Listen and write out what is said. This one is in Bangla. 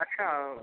আচ্ছা